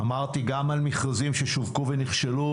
דיברתי גם על מכרזים ששווקו ונכשלו,